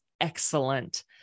excellent